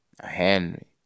Henry